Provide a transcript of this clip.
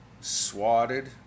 swatted